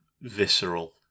visceral